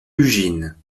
ugine